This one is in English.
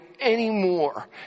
anymore